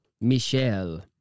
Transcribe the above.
Michelle